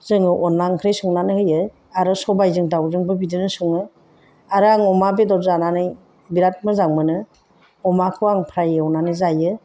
जोङो अनद्ला ओंख्रि संनानै होयो आरो सबायजों दाउजोंबो बिदिनो सङो आरो आं अमा बेदर जानानै बिराद मोजां मोनो अमाखौ आं फ्राय एवनानै जायो